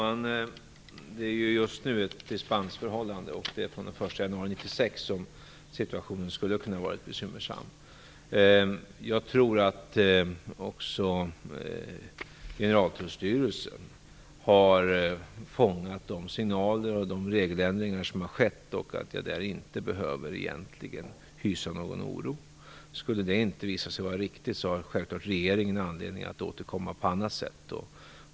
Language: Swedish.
Fru talman! Det råder just nu ett dispensförhållande. Det är från den 1 januari 1996 som situationen skulle kunna ha varit bekymmersam. Jag tror att också Generaltullstyrelsen har fångat de signaler och de regeländringar som har skett, och att jag där inte egentligen behöver hysa någon oro. Skulle det inte visa sig vara riktigt har självklart regeringen anledning att återkomma på annat sätt.